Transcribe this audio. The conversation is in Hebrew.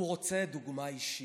הוא רוצה דוגמה אישית.